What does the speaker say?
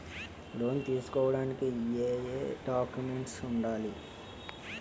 Loan తీసుకోడానికి ఏయే documents వుండాలి?